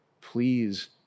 Please